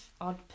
odd